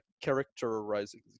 characterizing